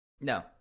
No